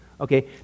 Okay